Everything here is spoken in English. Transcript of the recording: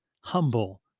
humble